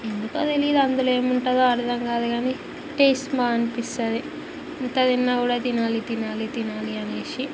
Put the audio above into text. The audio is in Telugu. ఎందుకో తెలీదు అందులో ఏముంటదో అర్ధంకాదు కాని టేస్ట్ బాగా అనిపిస్తుంది ఎంత తిన్నా కూడా తినాలి తినాలి తినాలి అనేసి